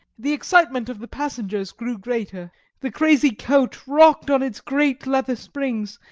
the excitement of the passengers grew greater the crazy coach rocked on its great leather springs,